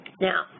Now